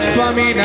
Swami